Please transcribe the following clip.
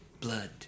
Blood